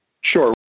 Sure